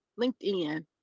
linkedin